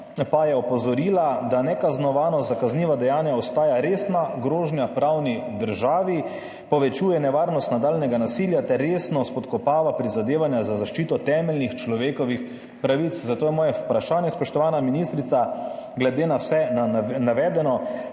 pa je opozorila, da nekaznovanost za kazniva dejanja ostaja resna grožnja pravni državi, povečuje nevarnost nadaljnjega nasilja ter resno spodkopava prizadevanja za zaščito temeljnih človekovih pravic. Zato vas, spoštovana ministrica, glede na vse navedeno,